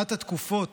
אחת התקופות